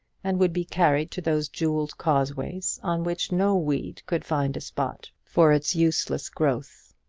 and would be carried to those jewelled causeways on which no weed could find a spot for its useless growth.